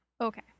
Okay